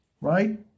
right